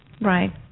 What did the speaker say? Right